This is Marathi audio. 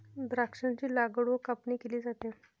द्राक्षांची लागवड व कापणी केली जाते